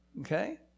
okay